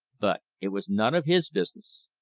but it was none of his business.